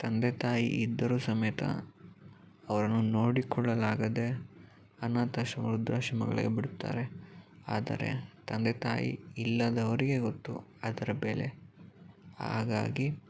ತಂದೆ ತಾಯಿ ಇದ್ದರೂ ಸಮೇತ ಅವರನ್ನು ನೋಡಿಕೊಳ್ಳಲಾಗದೆ ಅನಾಥಾಶ್ರಮ ವೃದ್ದಾಶ್ರಮಗಳಿಗೆ ಬಿಡುತ್ತಾರೆ ಆದರೆ ತಂದೆ ತಾಯಿ ಇಲ್ಲದವರಿಗೆ ಗೊತ್ತು ಅದರ ಬೆಲೆ ಹಾಗಾಗಿ